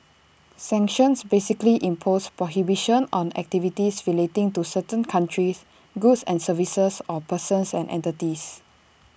sanctions basically impose prohibitions on activities relating to certain countries goods and services or persons and entities